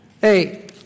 Hey